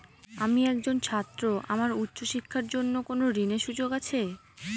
আমি একজন ছাত্র আমার উচ্চ শিক্ষার জন্য কোন ঋণের সুযোগ আছে?